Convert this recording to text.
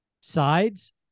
sides